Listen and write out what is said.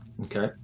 Okay